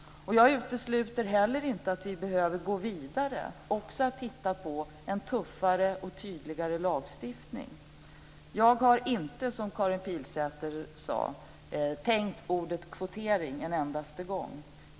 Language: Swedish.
Jag utesluter inte heller att vi behöver gå vidare när det gäller att titta på en tuffare och tydligare lagstiftning. Jag har inte, som Karin Pilsäter sade, tänkt ordet "kvotering" en endaste gång.